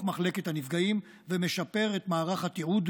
מחלקת הנפגעים ומשפר את מערך התיעוד,